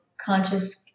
conscious